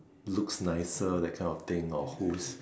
looks nicer that kind of thing or who's